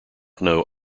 know